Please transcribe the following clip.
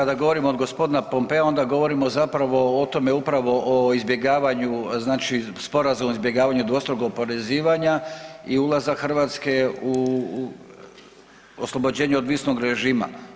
Da, kada govorimo od gospodina Pompea onda govorimo zapravo o tome upravo o izbjegavanju znači sporazum o izbjegavanju dvostrukog oporezivanja i ulazak Hrvatske u oslobođenje od viznog režima.